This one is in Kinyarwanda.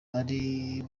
ari